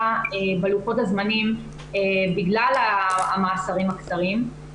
בלוחות הזמנים בגלל המאסרים הקצרים,